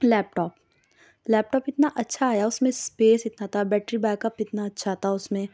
لیپ top laptop اتنا اچھا آیا اُس میں اسپیس اتنا تھا بیٹری بیک اپ اتنا اچھا تھا اُس میں